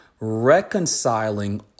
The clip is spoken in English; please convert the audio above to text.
Reconciling